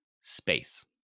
space